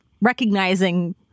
recognizing